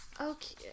Okay